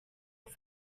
was